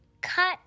cut